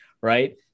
right